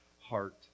heart